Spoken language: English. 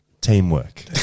Teamwork